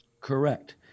Correct